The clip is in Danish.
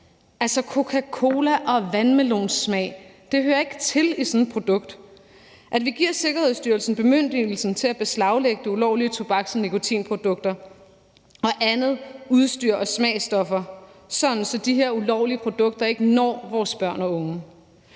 unge. Coca-Cola- og vandmelonsmag hører ikke til i sådan et produkt. Vi giver Sikkerhedsstyrelsen bemyndigelse til at beslaglægge de ulovlige tobaks- og nikotinprodukter og andet udstyr samt smagsstoffer, sådan at de her ulovlige produkter ikke når vores børn og unge,